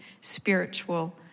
spiritual